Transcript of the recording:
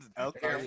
Okay